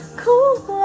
cool